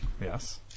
Yes